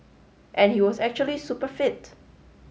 and he was actually super fit